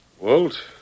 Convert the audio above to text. Walt